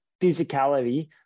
physicality